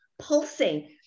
pulsing